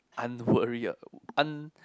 un~ worry un~